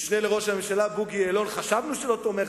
המשנה לראש הממשלה בוגי יעלון חשבנו שלא תומך,